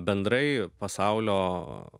bendrai pasaulio